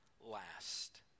last